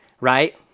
right